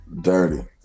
Dirty